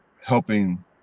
helping